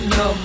no